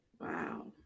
Wow